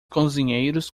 cozinheiros